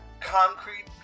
concrete